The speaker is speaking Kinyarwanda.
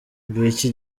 ngicyo